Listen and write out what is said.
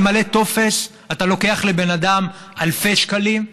על למלא טופס אתה לוקח לבן אדם אלפי שקלים?